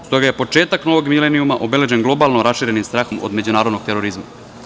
Stoga je početak novog milenijuma obeležen globalno raširenim strahom od međunarodnog terorizma.